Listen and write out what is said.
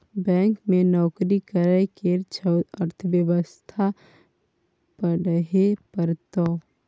bank मे नौकरी करय केर छौ त अर्थव्यवस्था पढ़हे परतौ